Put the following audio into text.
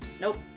Nope